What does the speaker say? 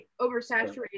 oversaturated